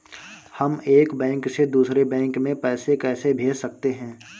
हम एक बैंक से दूसरे बैंक में पैसे कैसे भेज सकते हैं?